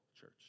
church